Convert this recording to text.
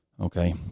Okay